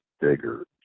bigger